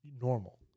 normal